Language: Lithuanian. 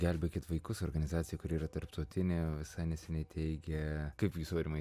gelbėkit vaikus organizacija kuri yra tarptautinė visai neseniai teigė kaip jūs aurimai